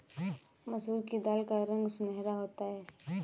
मसूर की दाल का रंग सुनहरा होता है